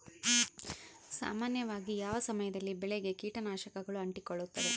ಸಾಮಾನ್ಯವಾಗಿ ಯಾವ ಸಮಯದಲ್ಲಿ ಬೆಳೆಗೆ ಕೇಟನಾಶಕಗಳು ಅಂಟಿಕೊಳ್ಳುತ್ತವೆ?